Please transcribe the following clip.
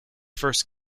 first